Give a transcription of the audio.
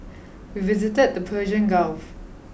we visited the Persian Gulf